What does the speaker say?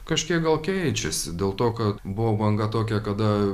kažkiek gal keičiasi dėl to kad buvo banga tokia kada